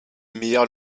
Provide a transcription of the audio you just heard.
meilleures